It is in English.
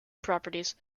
properties